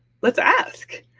let's ask.